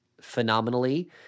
phenomenally